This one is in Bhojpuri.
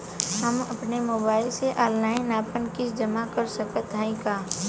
हम अपने मोबाइल से ऑनलाइन आपन किस्त जमा कर सकत हई का?